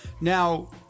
now